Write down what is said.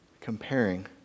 Comparing